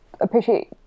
appreciate